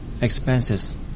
expenses